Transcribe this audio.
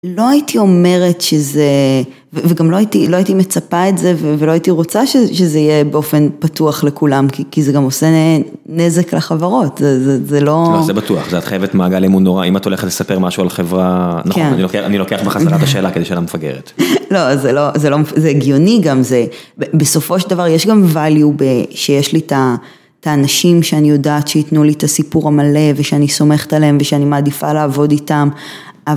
לא הייתי אומרת שזה, וגם לא הייתי מצפה את זה, ולא הייתי רוצה שזה יהיה באופן פתוח לכולם, כי זה גם עושה נזק לחברות, זה לא... זה בטוח, זה את חייבת מעגל אמון נורא, אם את הולכת לספר משהו על חברה, אני לוקח בחזרה את השאלה, כי זה שאלה מפגרת. לא, זה לא, זה הגיוני גם, בסופו של דבר יש גם value שיש לי את האנשים שאני יודעת, שיתנו לי את הסיפור המלא, ושאני סומכת עליהם, ושאני מעדיפה לעבוד איתם,